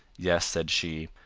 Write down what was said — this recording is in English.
yes, said she,